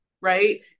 right